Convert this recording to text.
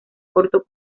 corto